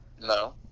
no